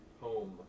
home